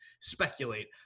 speculate